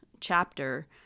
chapter